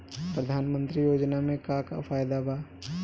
प्रधानमंत्री योजना मे का का फायदा बा?